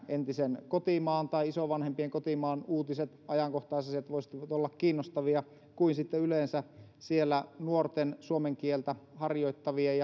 entisen kotimaan tai isovanhempien kotimaan uutiset ajankohtaisasiat voisivat olla kiinnostavia niin kuin sitten yleensä siellä nuorten suomen kieltä